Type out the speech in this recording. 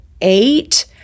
eight